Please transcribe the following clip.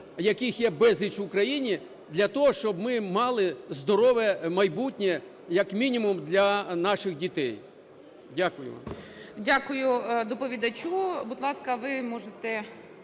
яких є безліч в Україні, для того, щоб ми мали здорове майбутнє як мінімум для наших дітей. Дякую. ГОЛОВУЮЧИЙ. Дякую доповідачу. Будь ласка, ви можете